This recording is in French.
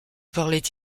parlait